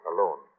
Alone